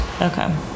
Okay